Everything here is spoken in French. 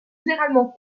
généralement